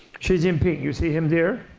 xi jinping, you see him there.